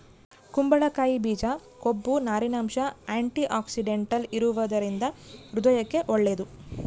ಕುಂಬಳಕಾಯಿ ಬೀಜ ಕೊಬ್ಬು, ನಾರಿನಂಶ, ಆಂಟಿಆಕ್ಸಿಡೆಂಟಲ್ ಇರುವದರಿಂದ ಹೃದಯಕ್ಕೆ ಒಳ್ಳೇದು